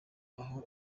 aho